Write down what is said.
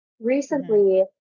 recently